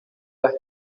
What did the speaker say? las